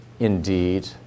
indeed